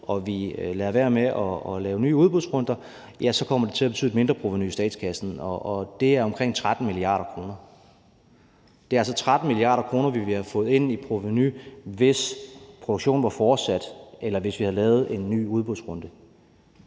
og vi lader være med at lave nye udbudsrunder, ja, så kommer det til at betyde et mindreprovenu i statskassen, og det er omkring 13 mia. kr. Det er altså 13 mia. kr., vi ville have fået ind i provenu, hvis produktionen var fortsat, eller hvis vi havde lavet en ny udbudsrunde.